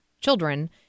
children